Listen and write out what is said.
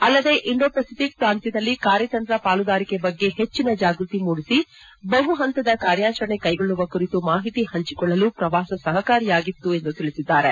ಅಲ್ಲದೆ Indo Pacific ಪ್ರಾಂತ್ವದಲ್ಲಿ ಕಾರ್ಯತಂತ್ರ ಪಾಲುದಾರಿಕೆ ಬಗ್ಗೆ ಹೆಚ್ಚಿನ ಜಾಗ್ವತಿ ಮೂಡಿಸಿ ಬಹು ಪಂತದ ಕಾರ್ಯಾಚರಣೆ ಕೈಗೊಳ್ಳುವ ಕುರಿತು ಮಾಹಿತಿ ಪಂಚಿಕೊಳ್ಳಲು ಪ್ರವಾಸ ಸಹಕಾರಿಯಾಗಿತ್ತು ಎಂದು ತಿಳಿಸಿದ್ದಾರೆ